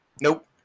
Nope